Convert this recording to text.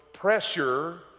pressure